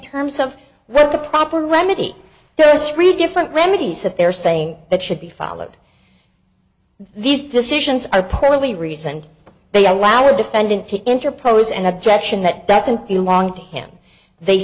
terms of what the proper remedy there are three different women he said they're saying that should be followed these decisions are poorly reasoned they allow a defendant to interpose an objection that doesn't belong to him they